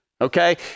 okay